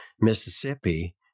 Mississippi